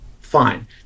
fine